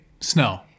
snow